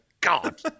god